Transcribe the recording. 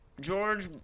George